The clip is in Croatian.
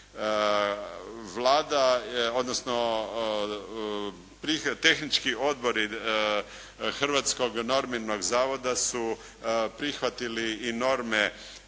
Vlada odnosno tehnički odbori Hrvatskog normirnog zavoda su prihvatili i norme